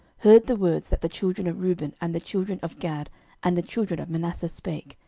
heard the words that the children of reuben and the children of gad and the children of manasseh spake,